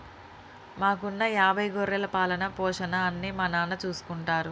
మాకున్న యాభై గొర్రెల పాలన, పోషణ అన్నీ మా నాన్న చూసుకుంటారు